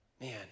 Man